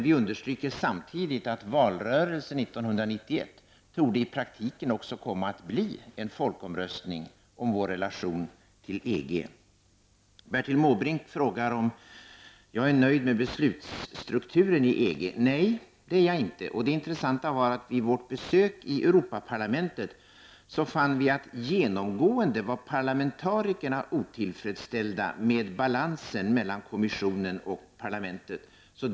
Vi understryker samtidigt att valrörelsen 1991 i praktiken troligen kommer att bli en folkomröstning om vår relation till EG. Bertil Måbrink frågar om jag är nöjd med beslutsstrukturen i EG. Nej, det är jag inte. Det intressanta var att vid vårt besök i Europaparlamentet fann vi att parlamentarikerna genomgående var otillfredsställda med balansen mellan kommissionen och parlamentet.